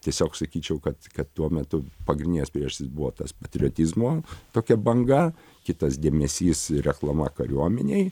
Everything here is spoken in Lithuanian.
tiesiog sakyčiau kad kad tuo metu pagrindinės priežastys buvo tas patriotizmo tokia banga kitas dėmesys ir reklama kariuomenei